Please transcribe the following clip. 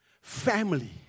family